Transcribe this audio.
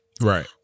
Right